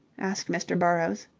asked mr. burrowes.